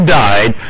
died